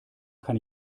kann